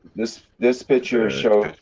this, this picture shows.